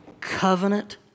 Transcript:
Covenant